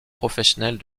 professionnels